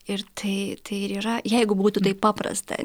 ir tai ir yra jeigu būtų taip paprasta